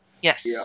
Yes